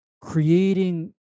creating